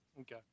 Okay